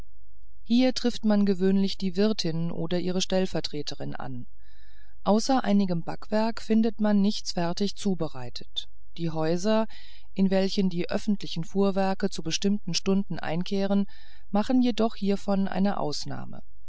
hier trifft man gewöhnlich die wirtin oder ihre stellvertreterin an außer einigem backwerk findet man nichts fertig zubereitet die häuser in welchen die öffentlichen fuhrwerke zu bestimmten stunden einkehren machen jedoch hiervon eine ausnahme